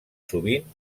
sovint